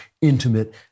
intimate